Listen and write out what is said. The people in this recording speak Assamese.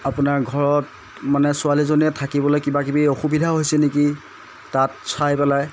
আপোনাৰ ঘৰত মানে ছোৱালীজনীয়ে থাকিবলৈ কিবাকিবি অসুবিধা হৈছে নেকি তাত চাই পেলাই